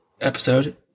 episode